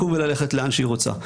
הייתה יכולה לקום וללכת לאן שהיא רוצה,